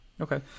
okay